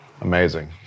amazing